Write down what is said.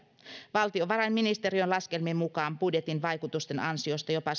valtiovarainministeriön laskelmien mukaan budjetin vaikutusten ansiosta jopa